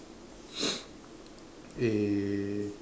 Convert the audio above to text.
eh